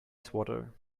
swatter